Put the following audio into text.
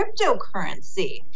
cryptocurrency